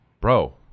bro